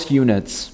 units